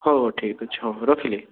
ହଉ ହଉ ଠିକ୍ ଅଛି ହଉ ରଖିଲି